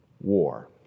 war